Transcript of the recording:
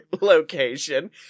location